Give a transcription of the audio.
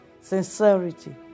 sincerity